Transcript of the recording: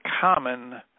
common